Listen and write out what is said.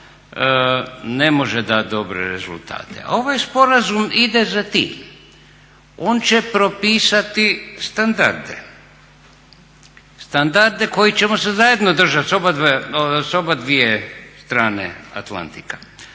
ne može dat dobre rezultate. A ovaj sporazum ide za tim, on će propisati standarde, standarde koje ćemo zajedno držat sa obadvije strane Atlantika.